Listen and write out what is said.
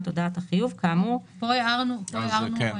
הודעת החיוב כאמור בסעיף 34;" פה הערנו מראש.